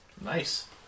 Nice